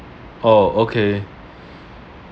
oh okay